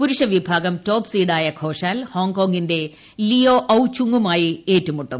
പുരുഷ വിഭാഗം ടോപ്പ് സ്വീഡായ ഘോഷാൽ ഹോങ്കോങ്ങിന്റെ ലീയോ ഔ ചുംങുമായി ഏറ്റുമുട്ടും